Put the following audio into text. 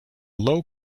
low